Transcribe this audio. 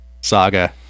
saga